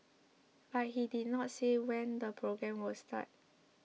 but he did not say when the programme would start